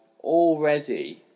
already